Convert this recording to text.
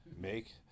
make